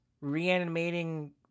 reanimating